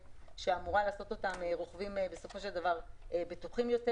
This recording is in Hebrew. שאמורה לעשות אותם רוכבים בטוחים יותר,